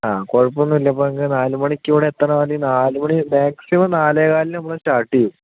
ആ കുഴപ്പമൊന്നുമില്ല ഇപ്പോൾ നിങ്ങൾക്ക് നാലുമണിക്കിവിടെ എത്തണം പറഞ്ഞാൽ നാല് മണി മാക്സിമം നാലേ കാലിന് നമ്മൾ സ്റ്റാർട്ട് ചെയ്യും